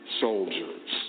soldiers